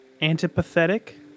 Antipathetic